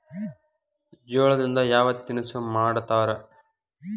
ಜೋಳದಿಂದ ಯಾವ ತಿನಸು ಮಾಡತಾರ?